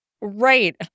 Right